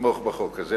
יתמוך בחוק הזה.